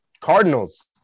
Cardinals